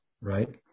right